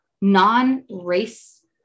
non-race